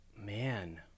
Man